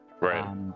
right